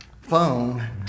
phone